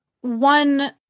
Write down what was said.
one